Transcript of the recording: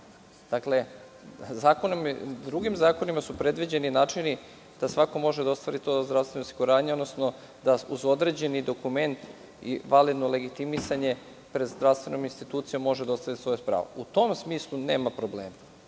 Dakle, drugim zakonima su predviđeni načini da svako može da ostvari to zdravstveno osiguranje, odnosno da uz određeni dokument, validno legitimisanje, pred zdravstvenom institucijom može da ostvari to svoje pravo. U tom smislu nema problema. Problem